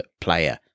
player